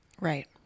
Right